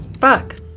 Fuck